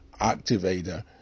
activator